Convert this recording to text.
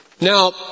Now